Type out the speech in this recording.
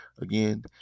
Again